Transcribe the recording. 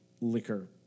liquor